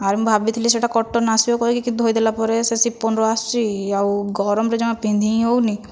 ଆହୁରି ମୁଁ ଭାବିଥିଲି ସେଇଟା କଟନ ଆସିବ କହିକି କିନ୍ତୁ ଧୋଇଦେଲା ପରେ ସେ ଶିଫନ୍ର ଆସୁଛି ଆଉ ଗରମରେ ଜମା ପିନ୍ଧିହିଁ ହେଉନାହିଁ